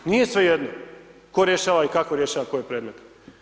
Nije svejedno tko rješava i kako rješava koje predmete.